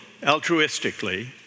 altruistically